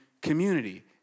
community